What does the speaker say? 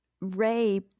Ray